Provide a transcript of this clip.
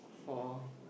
for